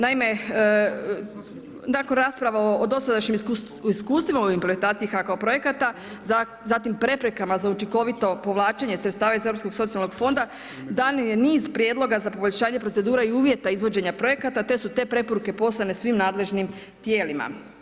Naime, nakon rasprava o dosadašnjim iskustvima u implementaciji HKO projekata, zatim preprekama za učinkovito povlačenje sredstava iz Europskog socijalnog fonda dan je niz prijedloga za poboljšanje procedura i uvjeta izvođenja projekata, te su te preporuke poslane svim nadležnim tijelima.